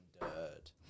dirt